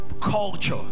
Culture